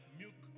milk